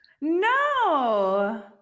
no